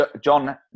John